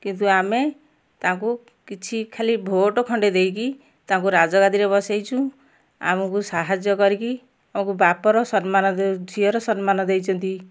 କିନ୍ତୁ ଆମେ ତାଙ୍କୁ କିଛି ଖାଲି ଭୋଟ ଖଣ୍ଡେ ଦେଇକି ତାଙ୍କୁ ରାଜଗାଦି ରେ ବସାଇଛୁ ଆମକୁ ସାହାଯ୍ୟ କରିକି ଆମକୁ ବାପର ସମ୍ମାନ ଝିଅର ସମ୍ମାନ ଦେଇଛନ୍ତି